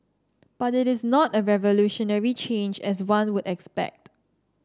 but it is not a revolutionary change as one would expect